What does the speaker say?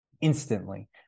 Instantly